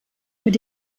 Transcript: mit